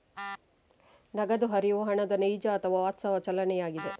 ನಗದು ಹರಿವು ಹಣದ ನೈಜ ಅಥವಾ ವಾಸ್ತವ ಚಲನೆಯಾಗಿದೆ